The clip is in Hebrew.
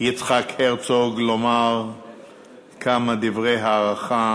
יצחק הרצוג לומר כמה דברי הערכה